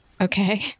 Okay